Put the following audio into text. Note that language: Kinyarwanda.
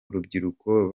rubyiruko